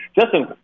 Justin